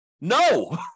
No